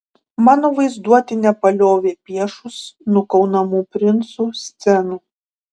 mano vaizduotė nepaliovė piešus nukaunamų princų scenų